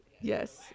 Yes